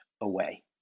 away